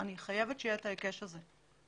אני חייבת שיהיה ההיקש הזה.